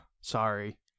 Sorry